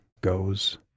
goes